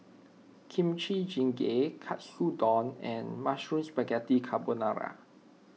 Kimchi Jjigae Katsudon and Mushroom Spaghetti Carbonara